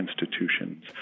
institutions